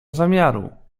zamiaru